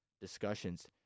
discussions